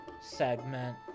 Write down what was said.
segment